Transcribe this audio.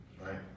right